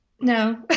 No